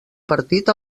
partit